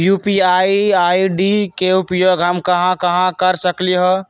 UPI ID के उपयोग हम कहां कहां कर सकली ह?